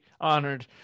honored